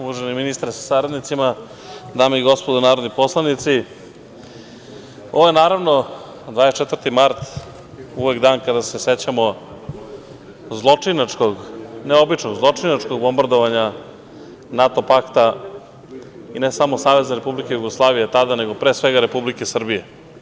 Uvaženi ministre sa saradnicima, dame i gospodo narodni poslanici, ovo je naravno 24. mart, uvek dan kada se sećamo zločinačkog, ne običnog zločinačkog bombardovanja NATO pakta, ne samo SRJ tada, nego pre svega Republike Srbije.